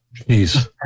Jeez